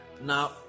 Now